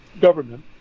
government